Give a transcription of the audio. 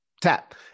tap